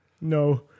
No